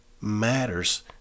matters